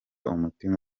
umutima